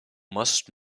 must